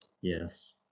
Yes